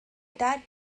that